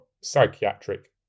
psychiatric